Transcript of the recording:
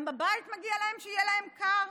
גם בבית מגיע להם שיהיה להם קר?